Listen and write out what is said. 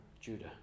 Judah